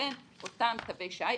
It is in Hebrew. לבין אותם תווי שי.